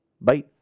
Bye